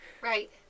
Right